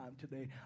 today